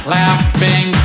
laughing